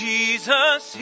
Jesus